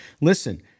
Listen